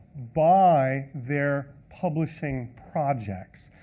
by their publishing projects.